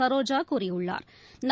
சரோஜா கூறியுள்ளாா்